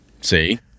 See